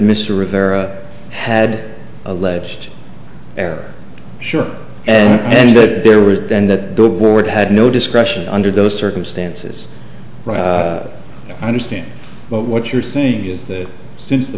mr rivera had alleged there sure and that there was then that the board had no discretion under those circumstances i understand what you're saying is that since the